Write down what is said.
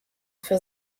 für